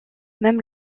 même